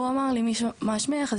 הוא אמר לי מה שמך,